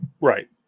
Right